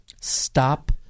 Stop